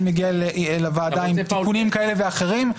מגיעה לוועדה עם תיקונים כאלה ואחרים,